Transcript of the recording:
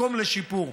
מקום לשיפור.